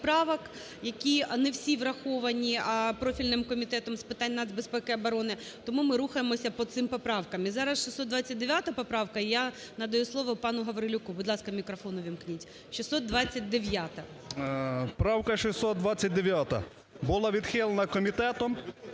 які не всі враховані профільним Комітетом з питань нацбезпеки і оборони, тому ми рухаємося по цим поправкам. І зараз 629 поправка, я надаю слово пану Гаврилюку. Будь ласка, мікрофон увімкніть. 629-а. 10:17:07 ГАВРИЛЮК М.В. Правка 629 була відхилена комітетом,